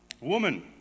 Woman